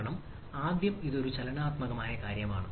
കാരണം ആദ്യം ഇത് ഒരു ചലനാത്മക കാര്യമാണ്